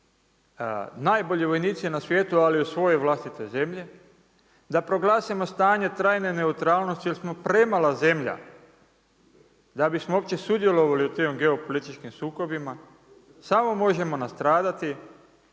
najbolji vojnici na svijetu ali u svojoj vlastitoj zemlji, da proglasimo stanje trajne neutralnosti jer smo premala zemlja da bismo uopće sudjelovali u tim geopolitičkim sukobima samo možemo nastradati,